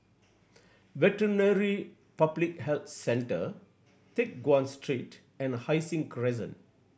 Veterinary Public Health Centre Teck Guan Street and Hai Sing Crescent